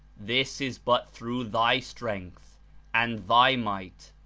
this is but through thy strength and thy might,